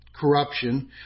corruption